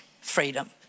freedom